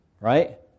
right